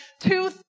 two